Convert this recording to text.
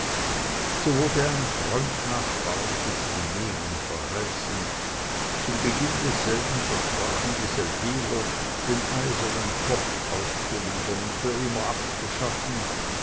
so wurde ein freundnachbarliches benehmen verheißen zum beginn desselben versprachen die seldwyler den eisernen topf auszuliefern und für immer abzuschaffen